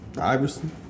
Iverson